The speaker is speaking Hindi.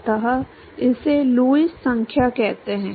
अतः इसे लुईस संख्या कहते हैं